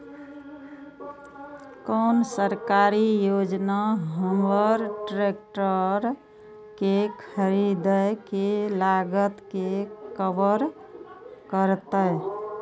कोन सरकारी योजना हमर ट्रेकटर के खरीदय के लागत के कवर करतय?